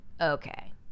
okay